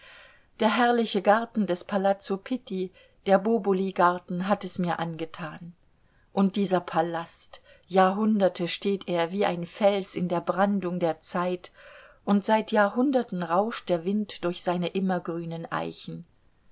der herrliche garten des palazzo pitti der boboli garten hat es mir angetan und dieser palast jahrhunderte steht er wie ein fels in der brandung der zeit und seit jahrhunderten rauscht der wind durch seine immergrünen eichen